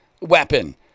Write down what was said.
weapon